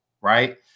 right